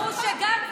עזבי.